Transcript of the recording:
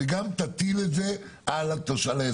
וגם היא תטיל את זה על האזרחים.